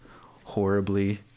horribly